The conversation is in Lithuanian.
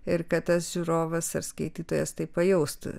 ir kad tas žiūrovas ar skaitytojas tai pajaustų